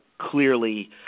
clearly